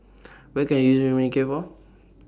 What Can I use Manicare For